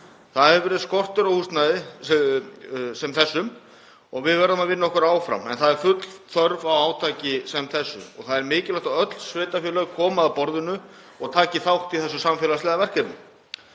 Það hefur verið skortur á húsnæði sem þessu og við verðum að vinna okkur áfram. En það er full þörf á átaki sem þessu og mikilvægt að öll sveitarfélög komi að borðinu og taki þátt í þessu samfélagslega verkefni.